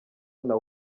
naho